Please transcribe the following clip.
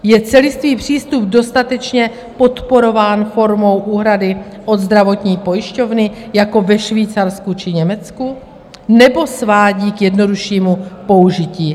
Je celistvý přístup dostatečně podporován formou úhrady od zdravotní pojišťovny jako ve Švýcarsku či Německu, nebo svádí k jednoduššímu použití antibiotik?